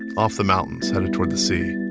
off the mountains headed toward the sea.